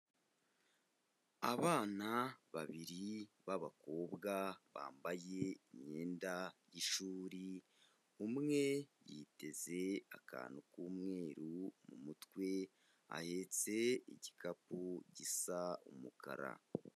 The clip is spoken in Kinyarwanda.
Abana babiri b'abakobwa bambaye imyenda y'ishuri, umwe yiteze akantu k'umweru mu mutwe, ahetse igikapu gisa umukara.